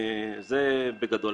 זה בגדול.